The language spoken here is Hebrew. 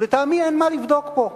ולטעמי, אין מה לבדוק פה.